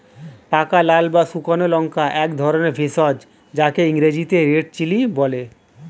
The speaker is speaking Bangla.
পাকা লাল বা শুকনো লঙ্কা একধরনের ভেষজ যাকে ইংরেজিতে রেড চিলি বলে